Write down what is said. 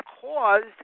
caused